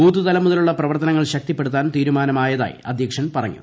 ബൂത്ത്തലം മുതലുള്ള പ്രവർത്തനങ്ങൾ ശക്തിപ്പെടുത്താൻ തീരുമാനമായതായി അധ്യക്ഷൻ പറഞ്ഞു